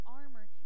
armor